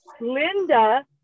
Linda